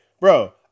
bro